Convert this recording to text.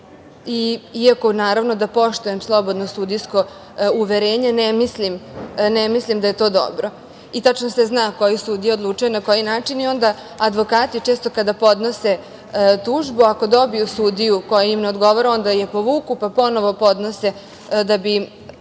iako naravno, poštujem slobodno sudijsko uverenje ne mislim da je to dobro. Tačno se zna koji sudija odlučuje na koji način i onda advokati često kada podnose tužbu ako dobiju sudiju koji im ne odgovara, onda je povuku, pa ponovo podnose da bi